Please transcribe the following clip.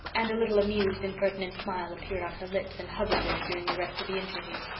and a little amused, impertinent smile appeared on her lips and hovered there during the rest of the interview.